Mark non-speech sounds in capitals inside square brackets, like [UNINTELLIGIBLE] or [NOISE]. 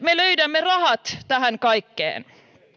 [UNINTELLIGIBLE] me oikein löydämme rahat tähän kaikkeen